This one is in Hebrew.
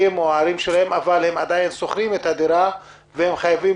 או הערים שלהם אבל הם עדיין שוכרים את הדירה והם חייבים